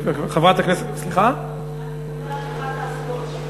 שאלתי לגבי אבטחת האסדות.